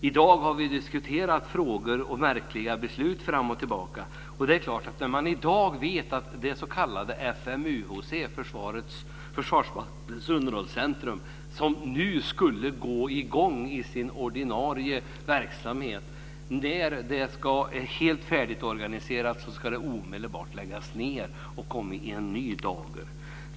I dag har vi diskuterat frågor och beslut fram och tillbaka. Nu vet man att FMUhC, Försvarsmaktens underhållscentrum - som nu när den är färdigorganiserad skulle gå i gång i ordinarie verksamhet - omedelbart ska läggas ned.